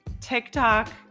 TikTok